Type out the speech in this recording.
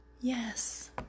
Yes